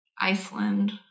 Iceland